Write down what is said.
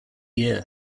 year